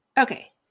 Okay